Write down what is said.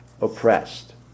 oppressed